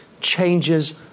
changes